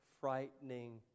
frightening